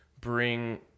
bring